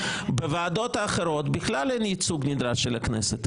בוועדות האחרות בכלל אין ייצוג נדרש של הכנסת,